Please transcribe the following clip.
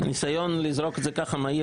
ניסיון לזרוק את זה ככה מהיר.